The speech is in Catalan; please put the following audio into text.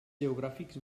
geogràfics